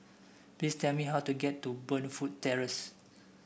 please tell me how to get to Burnfoot Terrace